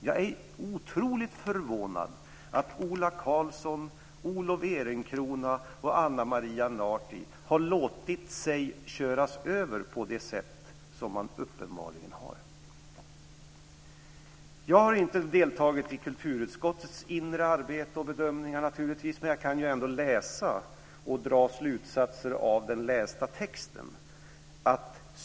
Jag är otroligt förvånad över att Ola Karlsson, Olof Ehrenkrona och Ana Maria Narti har låtit sig köras över på det sätt som man uppenbarligen har. Jag har naturligtvis inte deltagit i kulturutskottets inre arbete och bedömningar. Men jag kan ändå läsa och dra slutsatser av den lästa texten.